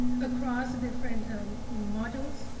across different modules.